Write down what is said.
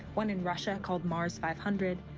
one in russia called mars five hundred.